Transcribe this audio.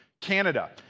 Canada